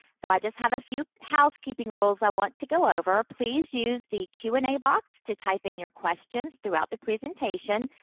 so, i just have a few housekeeping rules i want to go over. please use the q and a box to type in your questions throughout the presentation.